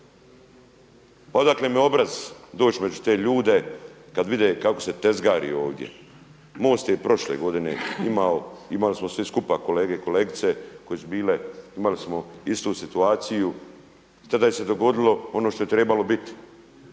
razumije./… obraz doći među te ljude kada vide kako se tezgari ovdje. MOST je i prošle godine imao, imali smo svi skupa kolege i kolegice koje su bile imali smo istu situaciju i tada se dogodilo ono što je trebalo biti,